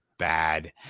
bad